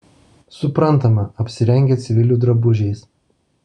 suprantama apsirengę civilių drabužiais